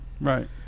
Right